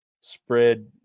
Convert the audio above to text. spread